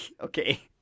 okay